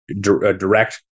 direct